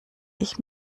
ich